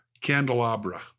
Candelabra